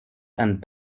and